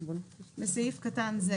בסעיף קטן זה